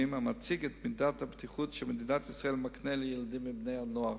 המציג את מידת הבטיחות שמדינת ישראל מקנה לילדים ובני-נוער.